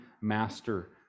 master